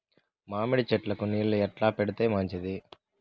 మామిడి చెట్లకు నీళ్లు ఎట్లా పెడితే మంచిది?